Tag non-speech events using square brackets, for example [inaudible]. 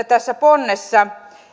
[unintelligible] tässä ponnessa